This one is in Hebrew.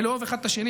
בלאהוב אחד את השני,